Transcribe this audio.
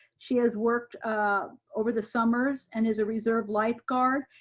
she has worked over the summers and is a reserve life guard.